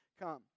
come